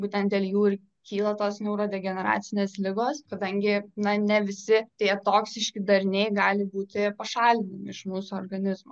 būtent dėl jų ir kyla tos neurodegeneracinės ligos kadangi na ne visi tie toksiški dariniai gali būti pašalinami iš mūsų organizmo